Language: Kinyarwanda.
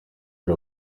abo